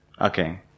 Okay